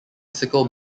sickle